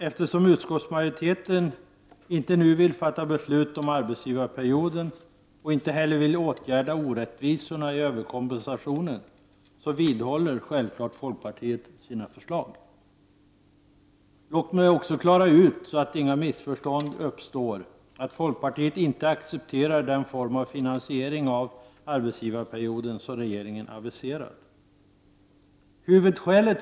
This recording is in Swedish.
Eftersom utskottsmajoriteten inte nu vill fatta beslut om en arbetsgivarperiod och inte heller vill vidta åtgärder mot orättvisorna i fråga om överkompensationen, vidhåller folkpartiet självfallet sina förslag. Låt mig också klara ut, så att inga missförstånd uppstår, att folkpartiet inte accepterar den form av finansiering av arbetsgivarperioden som regeringen aviserat.